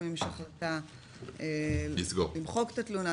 לפעמים יש החלטה למחוק את התלונה,